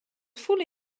fully